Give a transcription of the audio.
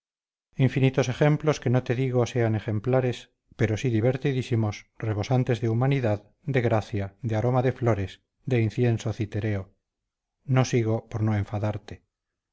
infinitos ejemplos que no te digo sean ejemplares pero sí divertidísimos rebosantes de humanidad de gracia de aroma de flores de incienso cithereo no sigo por no enfadarte